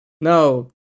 No